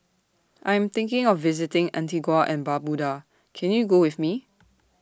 I'm thinking of visiting Antigua and Barbuda Can YOU Go with Me